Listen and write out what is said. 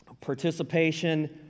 participation